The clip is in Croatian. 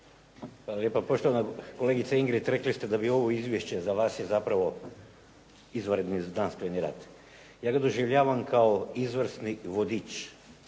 Hvala lijepa. Poštovana kolegice Ingrid, rekli ste da ovo izvješće za vas je zapravo izvanredni znanstveni rad. Ja ga doživljavam kao izvrsni vodič